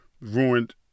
ruined